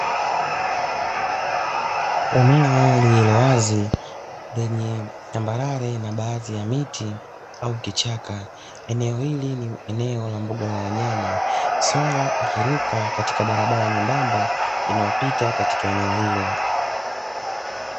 Eneo lililo wazi lenye tambarare na baadhi ya miti au kichaka, eneo hili ni eneo la mbuga za wanyama swala akiruka katika barabara nyembamba inayopita katika eneo hilo.